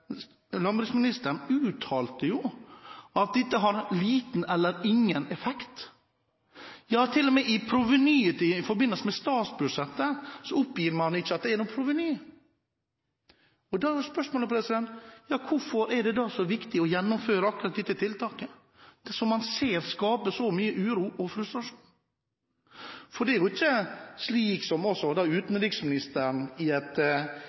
at dette har liten eller ingen effekt. Ja, til og med i forbindelse med statsbudsjettet oppgir man ikke at det er noe proveny. Da er spørsmålet: Hvorfor er det da så viktig å gjennomføre akkurat dette tiltaket, som man ser skaper så mye uro og frustrasjon? Det er jo ikke slik, som utenriksministeren uttalte i et